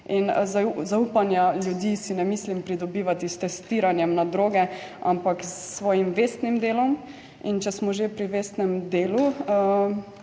zaupanja ljudi si ne mislim pridobivati s testiranjem na droge, ampak s svojim vestnim delom, in če smo že pri vestnem delu,